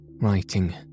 writing